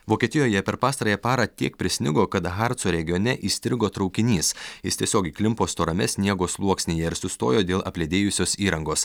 vokietijoje per pastarąją parą tiek prisnigo kad harco regione įstrigo traukinys jis tiesiog įklimpo storame sniego sluoksnyje ir sustojo dėl apledėjusios įrangos